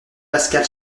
pascal